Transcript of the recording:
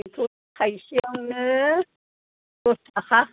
बेथ' थाइसेयावनो दस थाखा